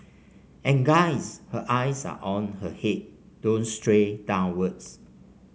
and guys her eyes are on her head don't stray downwards